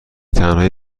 تنهایی